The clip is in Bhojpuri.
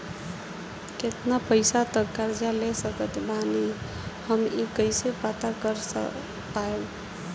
केतना पैसा तक कर्जा ले सकत बानी हम ई कइसे पता कर पाएम?